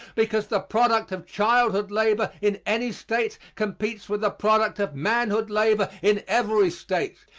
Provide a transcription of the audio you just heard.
because the product of childhood labor in any state competes with the product of manhood labor in every state.